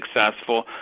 successful